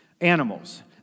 Animals